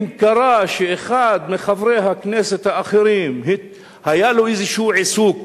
אם קרה שאחד מחברי הכנסת האחרים היה לו איזה עיסוק